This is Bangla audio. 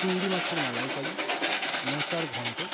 চিংড়ি মাছের মালাইকারি মোচার ঘন্ট